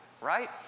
right